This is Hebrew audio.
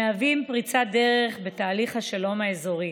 מהווים פריצת דרך בתהליך השלום האזורי.